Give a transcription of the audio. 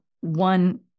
one